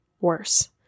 worse